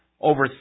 over